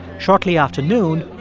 shortly after noon,